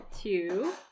Two